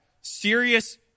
serious